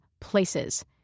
places